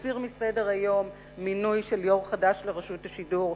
מסיר מסדר-היום מינוי של יושב-ראש חדש לרשות השידור,